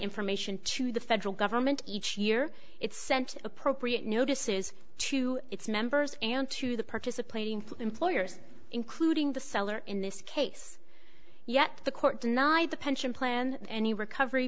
information to the federal government each year it sent appropriate notices to its members and to the participating employers including the seller in this case yet the court denied the pension plan any recovery